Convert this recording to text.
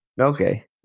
Okay